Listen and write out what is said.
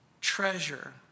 treasure